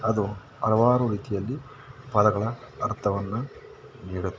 ಅದು ಹಲವಾರು ರೀತಿಯಲ್ಲಿ ಪದಗಳ ಅರ್ಥವನ್ನು ನೀಡುತ್ತೆ